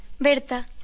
Berta